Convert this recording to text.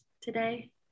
today